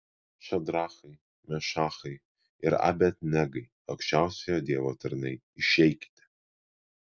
šadrachai mešachai ir abed negai aukščiausiojo dievo tarnai išeikite